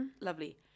Lovely